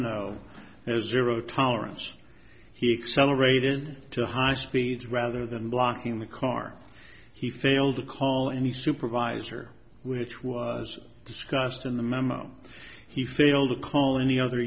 know as a zero tolerance he excel rated to high speeds rather than blocking the car he failed to call and he supervisor which was discussed in the memo he failed to call any other